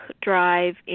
drive